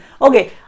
Okay